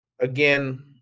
again